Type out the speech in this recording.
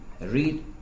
read